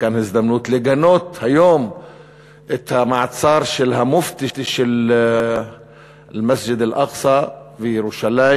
כאן ההזדמנות לגנות היום את המעצר של המופתי של מסגד אל-אקצא וירושלים.